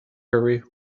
hurry